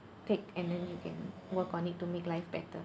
pick and then you can work on it to make life better